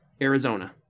Arizona